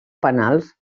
penals